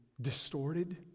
distorted